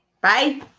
Bye